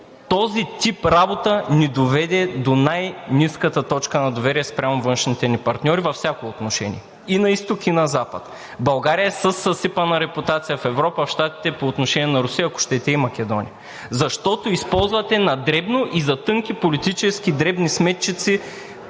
Този тип работа ни доведе до най-ниската точка на доверие спрямо външните ни партньори във всяко отношение – и на изток, и на запад. България е със съсипана репутация в Европа, в Щатите по отношение на Русия, ако щете и Македония, защото използвате на дребно и за тънки политически, дребни сметчици